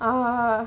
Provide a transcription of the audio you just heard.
uh